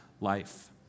life